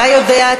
אתה יודע,